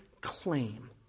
claim